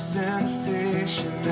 sensation